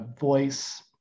voice